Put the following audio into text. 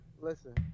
Listen